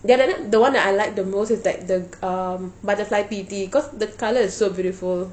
ya then the one that I like the most is like the um butterfly pea tea cause the colour is so beautiful